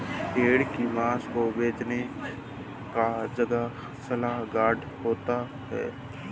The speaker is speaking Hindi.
भेड़ की मांस को बेचने का जगह सलयार्ड होता है